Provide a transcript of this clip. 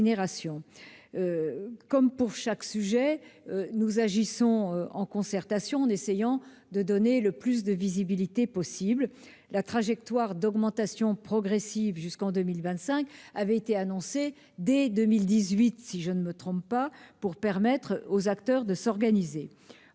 fait pas exception, nous agissons en concertation, en essayant de donner à nos interlocuteurs le plus de visibilité possible. La trajectoire d'augmentation progressive jusqu'en 2025 avait été annoncée dès 2018, si je ne me trompe, pour permettre aux acteurs de s'organiser.